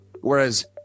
Whereas